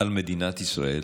על מדינת ישראל